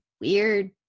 weird